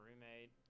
roommate